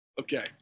Okay